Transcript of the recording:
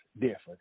different